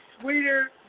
sweeter